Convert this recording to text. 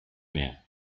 mehr